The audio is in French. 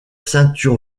ceinture